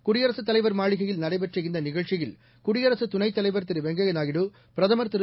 குடியரசுத் தலைவர் மாளிகையில் நடைபெற்ற இந்தநிகழ்ச்சியில் குடியரசுதுணைத் தலைவர் திருவெங்கையநாயுடு பிரதமர் திரு